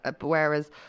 whereas